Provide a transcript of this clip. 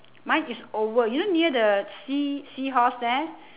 mine is oval you know near the sea seahorse there